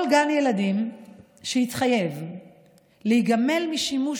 כל גן ילדים שיתחייב להיגמל משימוש